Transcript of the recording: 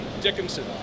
Dickinson